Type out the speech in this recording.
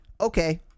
okay